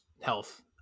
health